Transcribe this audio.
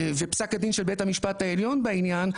ופסק הדין של בית המשפט העליון בעניין,